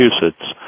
Massachusetts